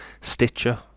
Stitcher